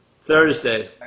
Thursday